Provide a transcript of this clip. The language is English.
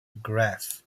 graph